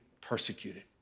persecuted